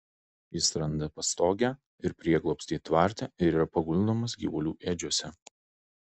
jis randa pastogę ir prieglobstį tvarte ir yra paguldomas gyvulių ėdžiose